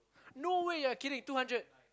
no way you're kidding two hundred